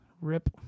Rip